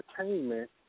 entertainment